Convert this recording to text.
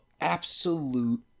absolute